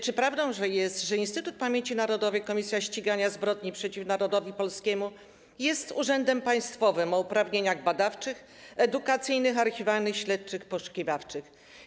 Czy prawdą jest, że Instytut Pamięci Narodowej - Komisja Ścigania Zbrodni przeciwko Narodowi Polskiemu jest urzędem państwowym o uprawnieniach badawczych, edukacyjnych, archiwalnych, śledczych, poszukiwawczych?